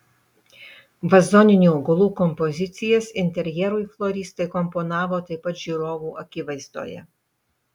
vazoninių augalų kompozicijas interjerui floristai komponavo taip pat žiūrovų akivaizdoje